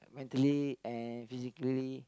mentally and physically